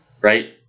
right